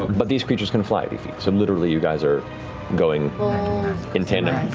but these creatures can fly eighty feet so literally you guys are going in tandem,